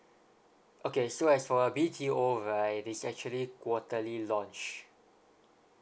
okay so as for a B_T_O right is actually quarterly launch